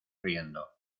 riendo